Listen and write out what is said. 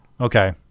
Okay